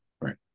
right